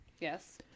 Yes